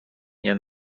nie